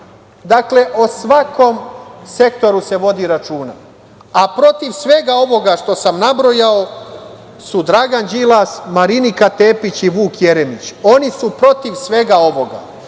Dakle, o svakom sektoru se vodi računa.A protiv svega ovoga što sam nabrojao su Dragan Đilas, Marinika Tepić i Vuk Jeremić. Oni su protiv svega ovoga